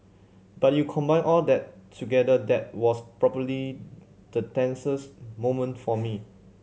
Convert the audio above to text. but you combine all that together that was probably the tensest moment for me